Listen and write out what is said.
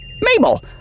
Mabel